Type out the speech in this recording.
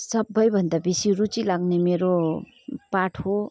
सबैभन्दा बेसी रुचि लाग्ने मेरो पाठ हो